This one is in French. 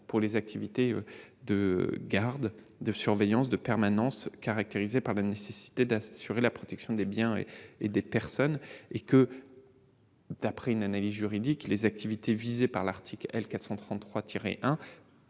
pour les activités de garde, de surveillance et de permanence caractérisées par la nécessité d'assurer la protection des biens et des personnes. D'après une analyse juridique, les activités visées par l'article L. 433-1